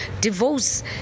divorce